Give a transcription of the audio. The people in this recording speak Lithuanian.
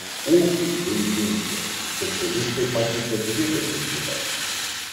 ūkiui gaivinti specialistai pateikia dvi galimybes